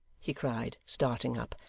he cried, starting up.